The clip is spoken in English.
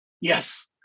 yes